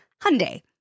Hyundai